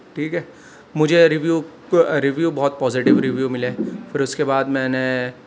ٹھیک ہے مجھے ریویو ریویو بہت پوزیٹیو ریویو ملے پھر اس کے بعد میں نے